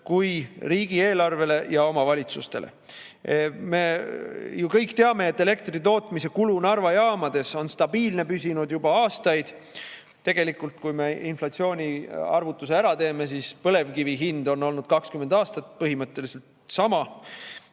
ka riigieelarvele ja omavalitsustele. Me ju kõik teame, et elektri tootmise kulu Narva jaamades on stabiilne püsinud juba aastaid. Tegelikult, kui me inflatsiooniarvutuse ära teeme, siis [näeme, et] põlevkivi hind on olnud 20 aastat põhimõtteliselt sama